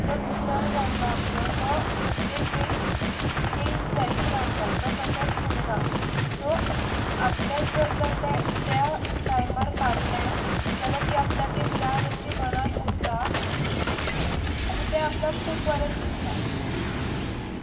जो निसर्ग आसा आपलो तो प्रत्येक वेळा चेंज जायत रावता तो तसोच उरना सो आपल्यान जर तर तें त्या टायमार काडलें जाल्यार ती आपल्याक एक याद अशी मनान उरता आनी तें आपल्याक खूब बरें दिसता